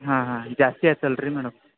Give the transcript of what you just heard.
ಹಾಂ ಹಾಂ ಜಾಸ್ತಿ ಆಯ್ತು ಅಲ್ಲರೀ ಮೇಡಮ್